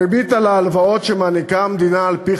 הריבית על ההלוואות שמעניקה המדינה על-פי